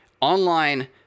online